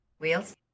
wheels